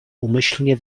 umyślnie